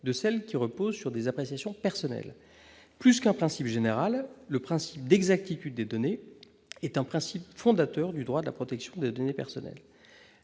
de celles qui reposent sur des appréciations personnelles. Plus qu'un principe général, l'exactitude des données est un principe fondateur du droit de la protection des données personnelles.